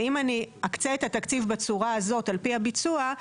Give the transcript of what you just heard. ואם אני אקצה את התקציב בצורה הזאת על פי הביצוע,